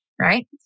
Right